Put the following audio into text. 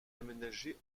aménagée